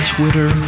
Twitter